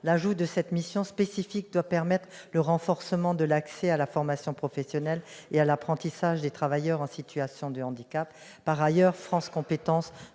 L'ajout de cette mission doit permettre le renforcement de l'accès à la formation professionnelle et à l'apprentissage des travailleurs en situation de handicap. Par ailleurs, France compétences